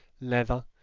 leather